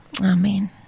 Amen